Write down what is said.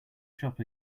shop